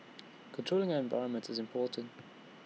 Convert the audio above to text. controlling our environment is important